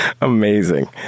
Amazing